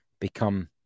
become